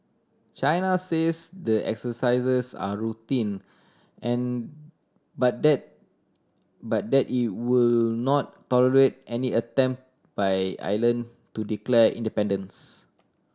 China says the exercises are routine and but that but that it will not tolerate any attempt by island to declare independence